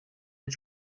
its